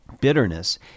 Bitterness